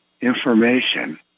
information